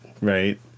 right